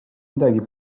midagi